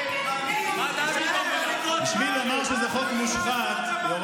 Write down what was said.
זה חוק מושחת.